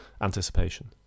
anticipation